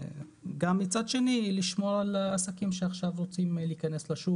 ומצד שני לשמור על העסקים שעכשיו רוצים להיכנס לשוק